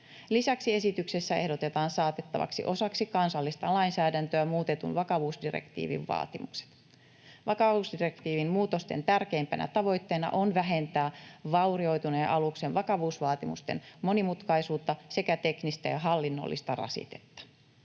Lisäksi esityksessä ehdotetaan saatettavaksi osaksi kansallista lainsäädäntöä muutetun vakavuusdirektiivin vaatimukset. Vakavuusdirektiivin muutosten tärkeimpänä tavoitteena on vähentää vaurioituneen aluksen vakavuusvaatimusten monimutkaisuutta sekä teknistä ja hallinnollista rasitetta.